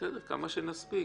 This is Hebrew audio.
בסדר, כמה שנספיק.